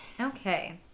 Okay